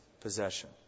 possession